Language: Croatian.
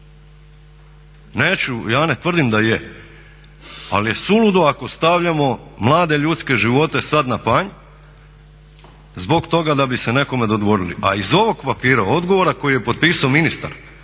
Neću, ja ne tvrdim da je, ali je suludo ako stavljamo mlade ljudske živote sad na panj zbog toga da bi se nekome dodvorili, a iz ovog papira, odgovora koji je potpisao ministar